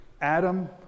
Adam